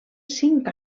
cinc